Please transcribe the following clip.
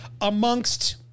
Amongst